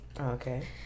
Okay